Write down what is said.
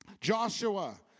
Joshua